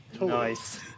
Nice